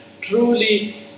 truly